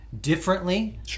differently